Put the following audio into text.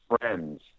Friends